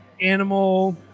animal